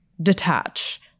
detach